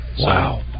Wow